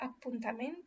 appuntamenti